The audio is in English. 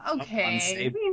okay